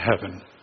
heaven